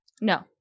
No